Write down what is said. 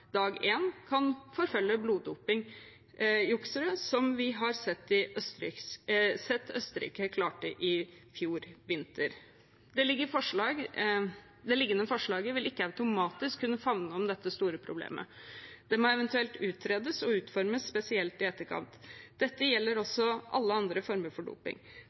dag én kan forfølge bloddopingjuksere, slik vi har sett Østerrike klarte i fjor vinter. Det liggende forslaget vil ikke automatisk kunne favne dette store problemet. Det må eventuelt utredes og utformes spesielt i etterkant. Dette gjelder også alle andre former for